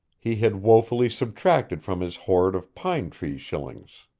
he had woefully subtracted from his hoard of pine-tree shillings.